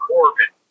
Corbin